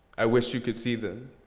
i wish you could see them.